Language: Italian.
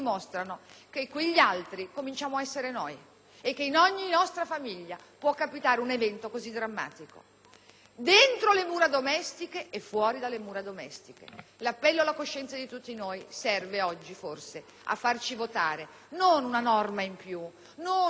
drammatico, dentro e fuori le mura domestiche. L'appello alla coscienza di tutti noi forse servirà oggi a farci votare non una norma in più, non solo un inasprimento, ma una svolta culturale in tema di rispetto delle donne, che